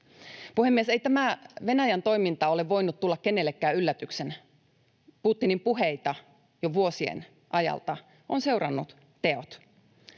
Puhemies! Ei tämä Venäjän toiminta ole voinut tulla kenellekään yllätyksenä. Putinin puheita jo vuosien ajalta ovat seuranneet teot.